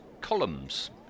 columns